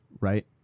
right